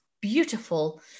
beautiful